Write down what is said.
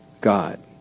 God